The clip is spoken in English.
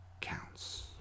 counts